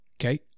Okay